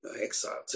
exile